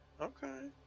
Okay